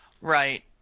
Right